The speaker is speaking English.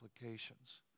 implications